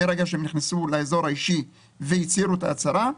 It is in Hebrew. מרגע שהם נכנסו לאזור האישי והצהירו את ההצהרה,